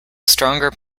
stronger